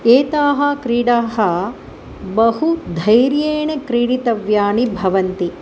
एताः क्रीडाः बहु धैर्येण क्रीडितव्यानि भवन्ति